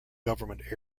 government